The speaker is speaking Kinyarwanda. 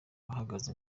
ahagaze